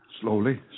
Slowly